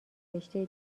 رشته